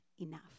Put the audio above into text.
enough